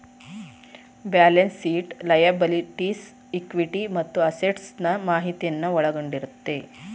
balance sheet liabilities, equity ಮತ್ತು assets ನಾ ಮಾಹಿತಿಯನ್ನು ಒಳಗೊಂಡಿರುತ್ತದೆ